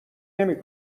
نمی